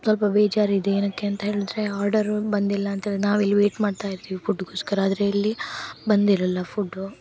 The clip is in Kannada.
ಸ್ವಲ್ಪ ಬೇಜಾರು ಇದೆ ಏನಕ್ಕೆ ಅಂತ ಹೇಳಿದ್ರೆ ಆರ್ಡರು ಬಂದಿಲ್ಲ ಅಂತ್ಹೇಳಿ ನಾವು ಇಲ್ಲಿ ವೇಯ್ಟ್ ಮಾಡ್ತಾ ಇದ್ದೀವಿ ಫುಡ್ಗೋಸ್ಕರ ಆದರೆ ಇಲ್ಲಿ ಬಂದಿರಲ್ಲ ಫುಡ್ಡು